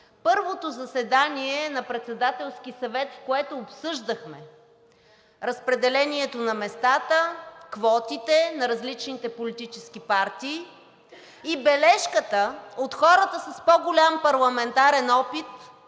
първото заседание на Председателския съвет, в което обсъждахме разпределението на местата, квотите на различните политически партии и бележката от хората с по-голям парламентарен опит,